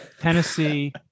Tennessee